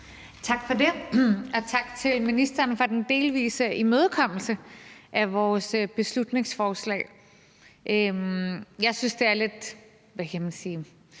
Tak for det, og tak til ministeren for den delvise imødekommelse af vores beslutningsforslag. Det har nok noget